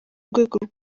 rwego